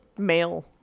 male